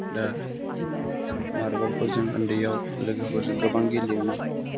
दा माबर्लखौ जों उन्दैयाव लोगोफोरजों गोबां गेलेयोमोन